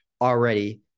already